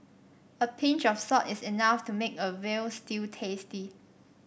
a pinch of salt is enough to make a veal stew tasty